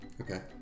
Okay